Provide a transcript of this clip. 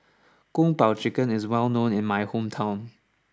Kung Po Chicken is well known in my hometown